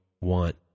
want